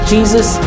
Jesus